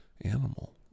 animal